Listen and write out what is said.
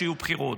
שיהיו בחירות,